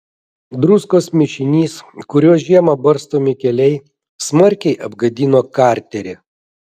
druskos mišinys kuriuo žiemą barstomi keliai smarkiai apgadino karterį